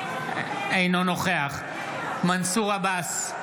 אינו נוכח מנסור עבאס,